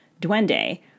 Duende